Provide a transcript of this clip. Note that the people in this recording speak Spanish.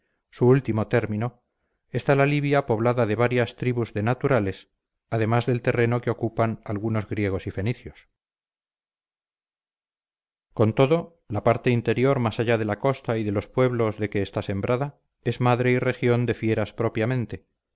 su último término está la libia poblada de varias tribus de naturales además del terreno que ocupan algunos griegos y fenicios con todo la parte interior más allá de la costa y de los pueblos de que está sembrada es madre y región de fieras propiamente